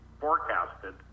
forecasted